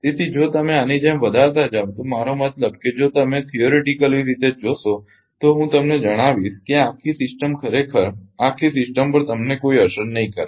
તેથી જો તમે આની જેમ વધારતા જાઓ છો તો મારો મતલબ કે જો તમે સૈદ્ધાંતિક રીતે જોશો તો હું તમને જણાવીશ કે આ આખી સિસ્ટમ ખરેખર આ સિસ્ટમ પર તમને કોઈ અસર નહીં કરે